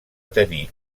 tenir